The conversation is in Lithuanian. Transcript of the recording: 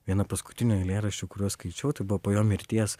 vieną paskutinių eilėraščių kuriuos skaičiau tai buvo po jo mirties